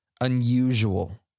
Unusual